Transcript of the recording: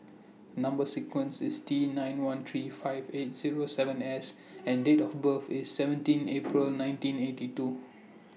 Number sequence IS T nine one three five eight Zero seven S and Date of birth IS seventeen April nineteen eighty two